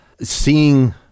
seeing